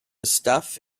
stuff